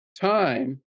time